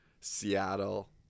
Seattle